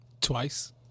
Twice